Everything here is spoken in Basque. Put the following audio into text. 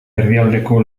erdialdeko